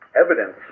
evidence